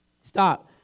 Stop